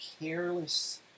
careless